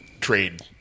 trade